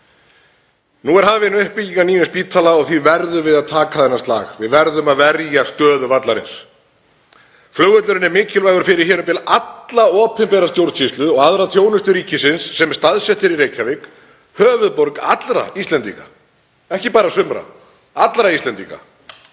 Nú er hafin uppbygging á nýjum spítala og því verðum við að taka þennan slag. Við verðum að verja stöðu vallarins. Flugvöllurinn er mikilvægur fyrir hér um bil alla opinbera stjórnsýslu og aðra þjónustu ríkisins sem er staðsett í Reykjavík, höfuðborg allra Íslendinga, ekki bara sumra — allra Íslendinga.